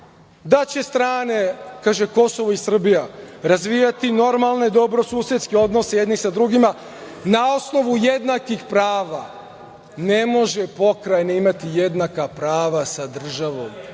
Da će strane, kaže, Kosovo i Srbija, razvijati normalne dobrosusedske odnose jedni sa drugima na osnovu jednakih prava. Ne može pokrajina imati jednaka prava sa državom,